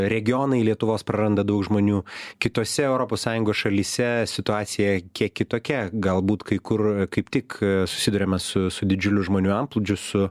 regionai lietuvos praranda daug žmonių kitose europos sąjungos šalyse situacija kiek kitokia galbūt kai kur kaip tik susiduriama su su didžiuliu žmonių antplūdžiu su